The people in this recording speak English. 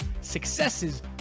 successes